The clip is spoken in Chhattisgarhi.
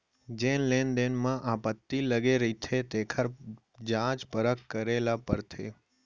जेन लेन देन म आपत्ति लगे रहिथे तेखर जांच परख करे ल परथे